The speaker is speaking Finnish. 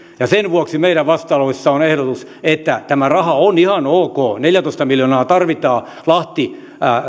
ja sen vuoksi meidän vastalauseessamme on ehdotus että tämä raha on ihan ok neljätoista miljoonaa tarvitaan lahti